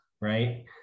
right